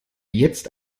jetzt